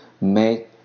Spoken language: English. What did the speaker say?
make